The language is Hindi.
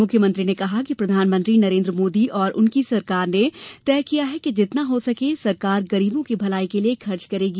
मुख्यमंत्री ने कहा कि प्रधानमंत्री नरेन्द्र मोदी और उनकी सरकार ने तय किया है कि जितना हो सके सरकार गरीबों की भलाई के लिए खर्च करेगी